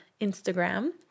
Instagram